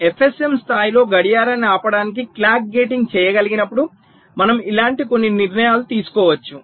FSM స్థాయిలో గడియారాన్ని ఆపడానికి క్లాక్ గేటింగ్ చేయగలిగినప్పుడు మనము ఇలాంటి కొన్ని నిర్ణయాలు తీసుకోవచ్చు